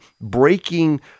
breaking